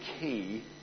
key